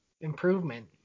Improvement